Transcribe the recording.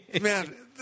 Man